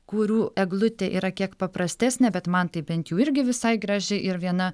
kurių eglutė yra kiek paprastesnė bet man tai bent jų irgi visai graži ir viena